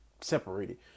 separated